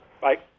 bye